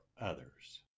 others